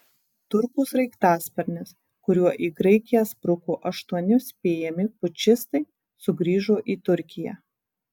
turkų sraigtasparnis kuriuo į graikiją spruko aštuoni spėjami pučistai sugrįžo į turkiją